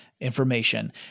information